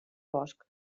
bosc